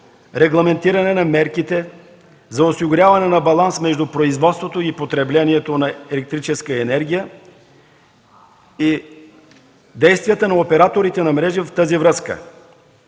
регламентиране на мерките за осигуряване на баланс между производството и потреблението на електрическа енергия и действията на операторите на мрежи в тази връзка.